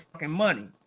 money